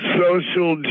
social